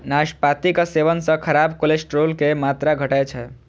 नाशपातीक सेवन सं खराब कोलेस्ट्रॉल के मात्रा घटै छै